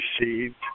received